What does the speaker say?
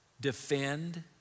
defend